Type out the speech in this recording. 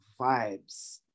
vibes